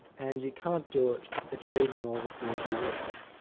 and you can't do it achieving all the things you wish.